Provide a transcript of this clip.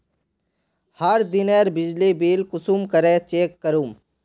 हर दिनेर बिजली बिल कुंसम करे चेक करूम?